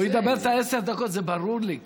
הוא ידבר את עשר הדקות, זה ברור לי.